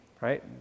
right